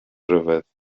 ryfedd